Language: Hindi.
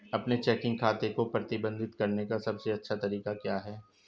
अपने चेकिंग खाते को प्रबंधित करने का सबसे अच्छा तरीका क्या है?